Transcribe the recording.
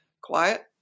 quiet